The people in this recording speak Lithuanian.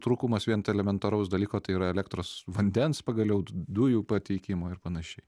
trūkumas elementaraus dalyko tai yra elektros vandens pagaliau dujų pateikimo ir panašiai